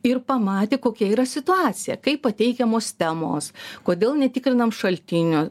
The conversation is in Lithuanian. ir pamatė kokia yra situacija kaip pateikiamos temos kodėl netikrinam šaltinio